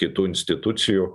kitų institucijų